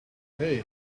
hey